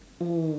mm